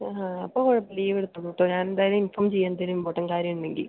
ആ അപ്പോൾ കുഴപ്പമില്ല ലീവ് എടുത്തോളൂ കേട്ടോ ഞാനെന്തായാലും ഇൻഫോം ചെയ്യാം എന്തെങ്കിലും ഇമ്പോർട്ടൻറ് കാര്യം ഉണ്ടെങ്കിൽ